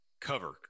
cover